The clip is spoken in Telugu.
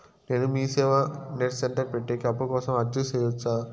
నేను మీసేవ నెట్ సెంటర్ పెట్టేకి అప్పు కోసం అర్జీ సేయొచ్చా?